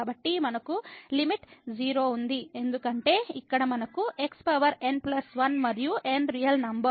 కాబట్టి మనకు లిమిట్ 0 ఉంది ఎందుకంటే ఇక్కడ మనకు x పవర్ n ప్లస్ 1 మరియు n రియల్ నెంబర్